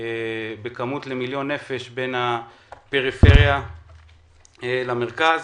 בכמות למיליון נפש, בין הפריפריה למרכז.